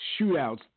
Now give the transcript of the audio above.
shootouts